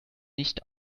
nicht